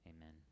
Amen